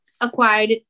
acquired